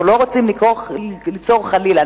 אנחנו לא רוצים ליצור חלילה,